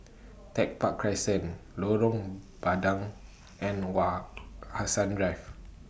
Tech Park Crescent Lorong Bandang and Wak Hassan Drive